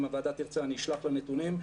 אם הוועדה תרצה אני אשלח לה נתונים,